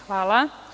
Hvala.